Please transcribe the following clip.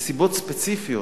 לנסיבות ספציפיות,